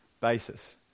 basis